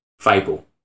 Fable